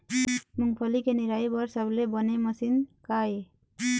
मूंगफली के निराई बर सबले बने मशीन का ये?